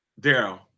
Daryl